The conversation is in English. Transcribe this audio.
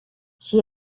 she